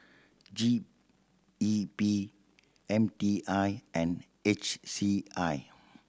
G E P M T I and H C I